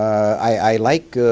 i liked